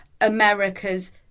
America's